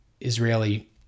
Israeli